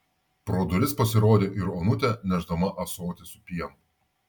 pro duris pasirodė ir onutė nešdama ąsotį su pienu